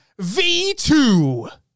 V2